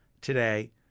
today